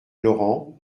laurent